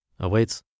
Awaits